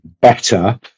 better